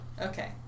Okay